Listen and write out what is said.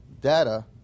data